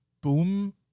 boom